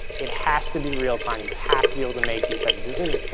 it has to be real-time, you have to be able to make these types of decisions.